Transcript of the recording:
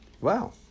Wow